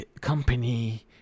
company